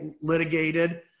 litigated